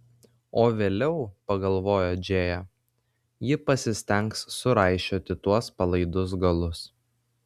o vėliau pagalvojo džėja ji pasistengs suraišioti tuos palaidus galus